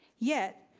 yet,